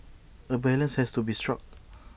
A balance has to be struck